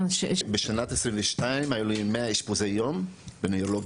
שינוי מינון, אבל צריך